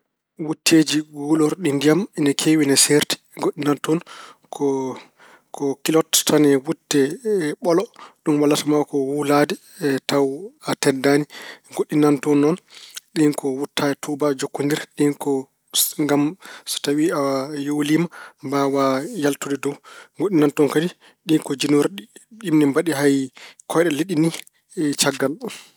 Wutteeji guuloorɗi ndiyam ina keewi, ina ceerti. Goɗɗi nana toon ko- ko kilot tan e wutte ɓolo. Ɗum walata ma ko wuulaade taw a teddaani. Goɗɗi nana toon noon, ɗiin ko wutta tuuba, jokkondir. Ɗiin ko ngam so tawi a yoliima, mbaawa yaltude dow. Goɗɗi nana toon kadi, ɗiin ko njinorɗi. Ɗiin ne mbaɗi hay kooyɗe no liɗɗi ni caggal.